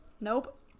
Nope